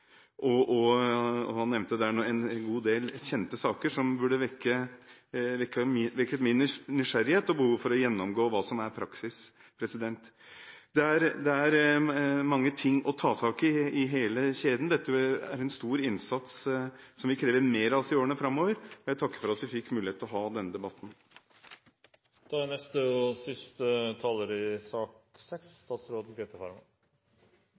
Han nevnte der en god del kjente saker som vekket min nysgjerrighet og behovet for å gjennomgå hva som er praksis. Det er mange ting å ta tak i i hele kjeden. Dette er en stor innsats som vil kreve mer av oss i årene framover. Jeg takker for at vi fikk mulighet til å ha denne debatten. Også jeg vil benytte anledningen til å takke interpellanten for å ha tatt opp dette viktige temaet. Jeg vil også takke for debatten. Det er